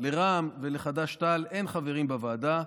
לרע"מ ולחד"ש-תע"ל אין חברים בוועדה,